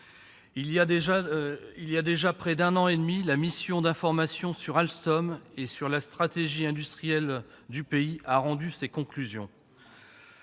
Il y a déjà près d'un an et demi, la mission d'information sur Alstom et la stratégie industrielle du pays rendait ses conclusions.